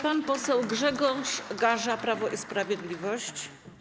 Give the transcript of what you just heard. Pan poseł Grzegorz Gaża, Prawo i Sprawiedliwość.